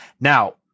Now